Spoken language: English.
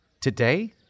Today